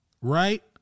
Right